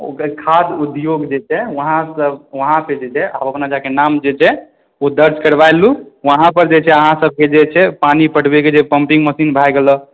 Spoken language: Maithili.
ओकर खाद उद्योग जे छै ओ वहाँके वहाँपर जे छै आप अपना नाम जे छै ओ दर्ज करवा लू वहाँपर जे छै अहाँसभके जे छै पानी पटबैके जे पम्पिंग मशीन भए गेलै